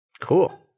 Cool